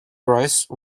rice